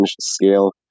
scale